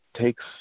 takes